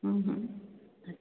हम्म हम्म